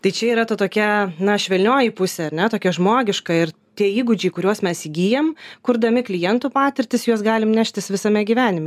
tai čia yra ta tokia na švelnioji pusė ar ne tokia žmogiška ir tie įgūdžiai kuriuos mes įgyjam kurdami klientų patirtis juos galim neštis visame gyvenime